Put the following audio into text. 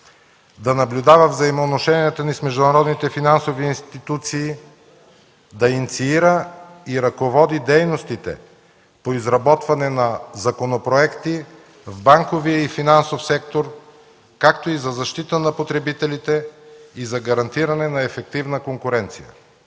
да наблюдава взаимоотношенията ни с международните финансови институции, да инициира и ръководи дейностите по изработване на законопроекти в банковия и финансов сектор, както за защита на потребителите, така и за гарантиране на ефективна конкуренция.